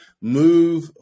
move